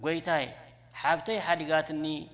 wait i have to have you got to me